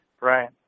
Right